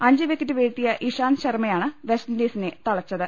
അഞ്ച് വിക്കറ്റ് വീഴ്ത്തിയ ഇഷാന്ത് ശർമ്മയാണ് വെസ്റ്റ്ഇൻഡീസിനെ തളച്ചത്